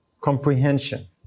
Comprehension